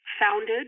founded